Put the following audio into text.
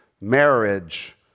marriage